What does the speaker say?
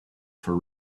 for